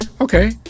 okay